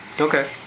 Okay